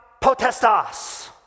potestas